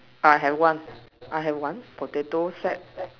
I have one I have one potato set